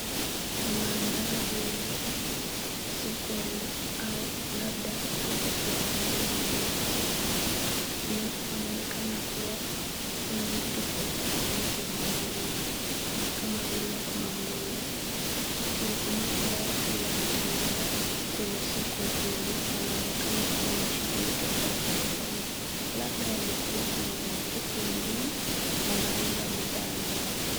Ni mandhari ya sokoni au labda soko kwenye mtaa mdogo na inaonekana kuwa kuna vitu tofauti tofauti zinazouzwa kama vile manguo. Umati wa watu wanatembea kwenye soko hili linaonekana kuwa na shughuli tofauti tofauti. Labda wamekuja kununua huku wengine wanauza bidhaa zao.